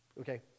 okay